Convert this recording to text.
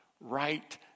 right